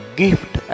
gift